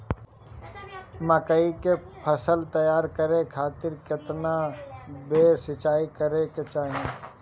मकई के फसल तैयार करे खातीर केतना बेर सिचाई करे के चाही?